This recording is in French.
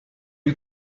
lui